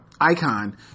Icon